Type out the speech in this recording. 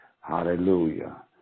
Hallelujah